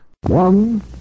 One